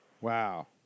Wow